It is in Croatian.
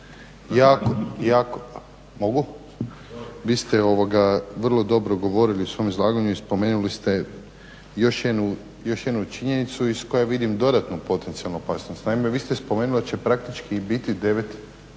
Izvolite./… Vi ste vrlo dobro govorili u svom izlaganju i spomenuli ste još jednu činjenicu iz koje vidim dodatnu potencijalnu opasnost. Naime, vi ste spomenuli da će praktički biti 9